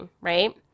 right